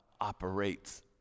operates